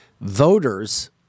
Voters